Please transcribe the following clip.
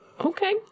Okay